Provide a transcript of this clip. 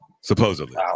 supposedly